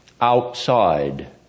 outside